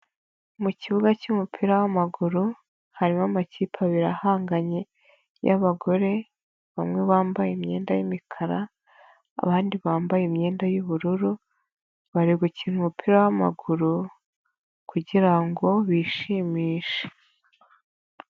Mu kibuga cy'umupira w'amaguru harimo amakipe abiri ahanganye y'abagore bamwe bambaye imyenda y'imikara abandi bambaye imyenda y'ubururu bari gukina umupira w'amaguru kugira ngo bishimishe.